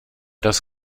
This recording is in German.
das